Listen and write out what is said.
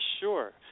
Sure